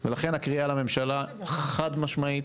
ולכן הקריאה לממשלה חד משמעית,